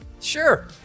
Sure